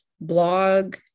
blog